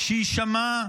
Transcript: שיישמע,